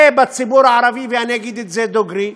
בציבור הערבי, ואני אגיד את זה דוגרי,